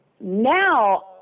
now